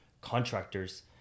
contractors